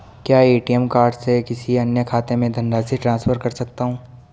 क्या ATM card से किसी अन्य खाते में धनराशि ट्रांसफर कर सकता हूँ?